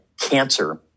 cancer